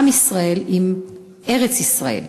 עם ישראל, לארץ-ישראל.